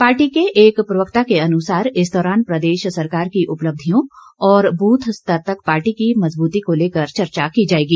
party के एक प्रवक्ता के अनुसार इस दौरान प्रदेश सरकार की उपलब्धियों और ब्रथ स्तर तक पार्टी की मजबूती को लेकर चर्चा की जाएगी